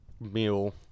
Meal